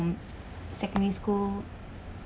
secondary school